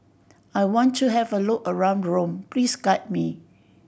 I want to have a look around Rome please guide me